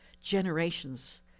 generations